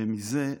ומזה,